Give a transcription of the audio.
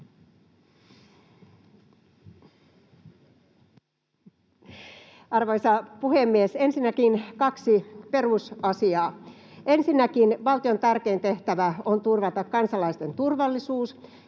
Arvoisa puhemies! Ensinnäkin kaksi perusasiaa: Ensinnäkin valtion tärkein tehtävä on turvata kansalaisten turvallisuus,